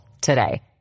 today